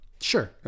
Sure